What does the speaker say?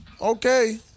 Okay